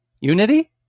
Unity